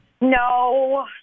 No